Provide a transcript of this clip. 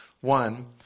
One